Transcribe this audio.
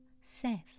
safe